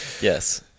Yes